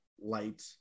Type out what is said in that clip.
light